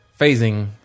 Phasing